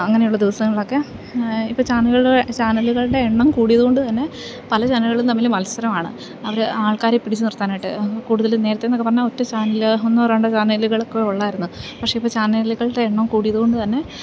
അങ്ങനെയുള്ള ദിവസങ്ങളിൽ ഒക്കെ ഇപ്പോൾ ചാനലുകൾ ചാനലുകളുടെ എണ്ണം കൂടിയതു കൊണ്ട് തന്നെ പല ചാനലുകളും തമ്മിൽ മത്സരമാണ് അവർ ആൾക്കാരെ പിടിച്ച് നിർത്താനായിട്ട് കൂടുതൽ നേരത്തെ എന്നൊക്കെ പറഞ്ഞാൽ ഒറ്റ ചാനല് ഒന്നോ രണ്ടോ ചാനലുകളൊക്കെ ഉള്ളായിരുന്നു പക്ഷേ ഇപ്പം ചാനലുകളുടെ എണ്ണം കൂടിയതു കൊണ്ട് തന്നെ